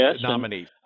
nominee